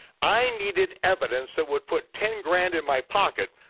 i needed evidence that would put ten grand in my pocket,